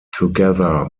together